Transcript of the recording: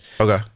Okay